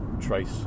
trace